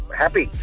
happy